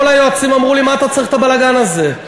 כל היועצים אמרו לי: מה אתה צריך את הבלגן הזה?